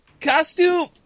costume